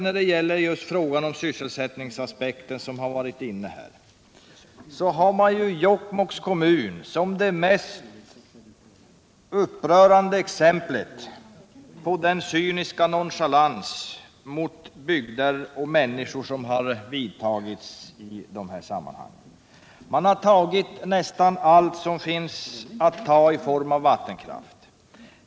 När det gäller sysselsättningsaspekten är Jokkmokks kommun det mest upprörande exemplet på denna cyniska nonchalans mot människor och bygder. Där har man tagit nästan allt som finns att ta i form av vattenkraft.